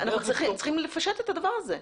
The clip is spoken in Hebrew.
צריכים לפשט את הדבר הזה.